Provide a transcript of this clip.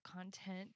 content